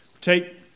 Take